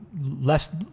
less